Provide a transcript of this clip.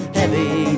heavy